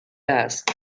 است